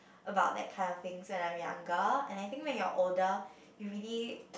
about that kind of things when I'm younger and I think when you are older you really